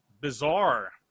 bizarre